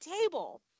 table